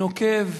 נוקב,